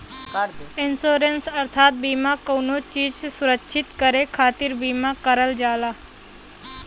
insurance अर्थात बीमा कउनो चीज सुरक्षित करे खातिर बीमा करल जाला